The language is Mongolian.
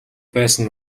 байсан